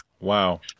Wow